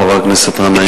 חבר הכנסת גנאים.